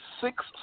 Six